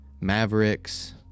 Mavericks